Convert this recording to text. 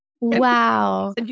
Wow